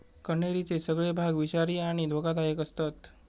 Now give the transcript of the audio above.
कण्हेरीचे सगळे भाग विषारी आणि धोकादायक आसतत